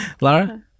Laura